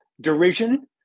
derision